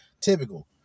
typical